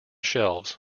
shelves